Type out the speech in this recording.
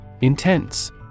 Intense